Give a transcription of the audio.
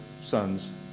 sons